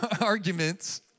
arguments